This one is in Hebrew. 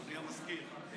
אנחנו ניגשים להמשך סדר-היום.